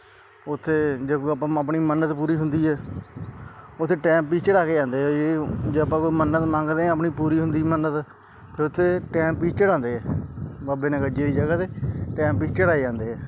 ਉੱਥੇ ਜੇ ਕੋਈ ਆਪਾਂ ਆਪਣੀ ਮੰਨਤ ਪੂਰੀ ਹੁੰਦੀ ਹੈ ਉੱਥੇ ਟਾਈਮ ਪੀਸ ਚੜ੍ਹਾ ਕੇ ਜਾਂਦੇ ਜੇ ਜੇ ਆਪਾਂ ਕੋਈ ਮੰਨਤ ਮੰਗਦੇ ਹਾਂ ਆਪਣੀ ਪੂਰੀ ਹੁੰਦੀ ਹੈ ਫਿਰ ਉੱਥੇ ਟਾਈਮ ਪੀਸ ਚੜ੍ਹਾਉਂਦੇ ਆ ਬਾਬੇ ਨਗੱਜੇ ਦੀ ਜਗ੍ਹਾ 'ਤੇ ਟਾਈਮ ਪੀਸ ਚੜ੍ਹਾਏ ਜਾਂਦੇ ਆ